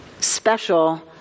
special